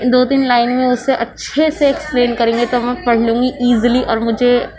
دو تین لائن میں اُسے اچھے سے اکسپلین کریں گے تو ہم پڑھ لیں گے ایزیلی اور مجھے